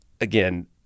again